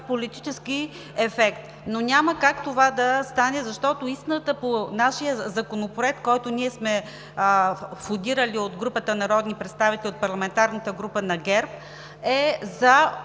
политически ефект. Но няма как това да стане, защото истината по нашия законопроект, който сме входирали няколко народни представители от парламентарната група на ГЕРБ, е за